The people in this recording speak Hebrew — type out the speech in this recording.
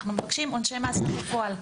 אנחנו מבקשים עונשי מאסר בפועל.